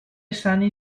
sani